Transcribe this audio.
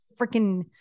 freaking